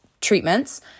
treatments